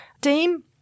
team